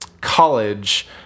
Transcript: college